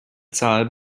zahl